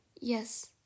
Yes